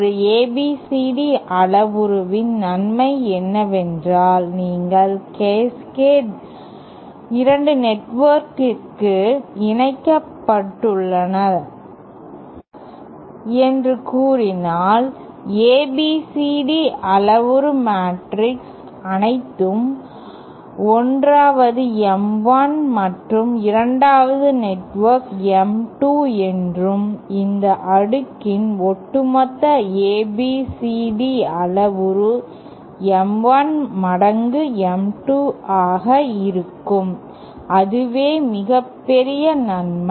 ஒரு ABCD அளவுருவின் நன்மை என்னவென்றால் நீங்கள் கேஸ்கேடில் 2 நெட்வொர்க்குகள் இணைக்கப்பட்டுள்ளதாகக் கூறினால் ABCD அளவுரு மேட்ரிக்ஸ் அனைத்தும் 1 வது M 1 மற்றும் 2 வது நெட்வொர்க் M 2 என்றும் இந்த அடுக்கின் ஒட்டுமொத்த ABCD அளவுரு M 1 மடங்கு M 2 ஆக இருக்கும் அதுவே மிகப்பெரிய நன்மை